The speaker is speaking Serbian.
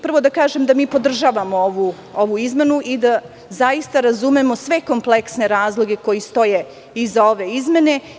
Prvo da kažem da mi podržavamo ovu izmenu, i da zaista razumemo sve kompleksne razloge koji stoje iza ove izmene.